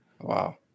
Wow